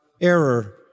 error